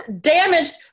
damaged